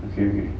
okay